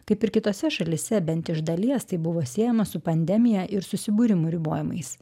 kaip ir kitose šalyse bent iš dalies tai buvo siejama su pandemija ir susibūrimų ribojimais